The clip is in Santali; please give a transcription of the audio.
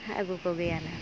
ᱟᱹᱜᱩ ᱠᱚᱜᱮᱭᱟᱞᱮ